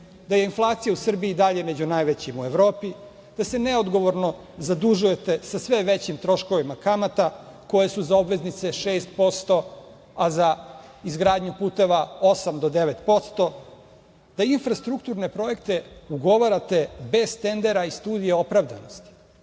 da inflacija u Srbiji i dalje među najvećim u Evropi, da se neodgovorno zadužujete sa sve većim troškovima kamata koje su za obveznice 6%, a za izgradnju puteva 8% do 9%. Infrastrukturne projekte ugovarate bez tendera iz studija opravdanosti,